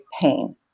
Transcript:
pain